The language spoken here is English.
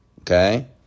okay